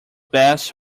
best